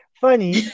funny